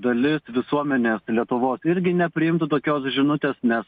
dalis visuomenės lietuvos irgi nepriimtų tokios žinutės nes